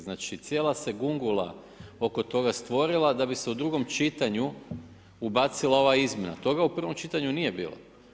Znači, cijela se gungula oko toga stvorila da bi se u drugom čitanju ubacila ova izmjena, toga u prvom čitanju nije bilo.